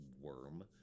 Worm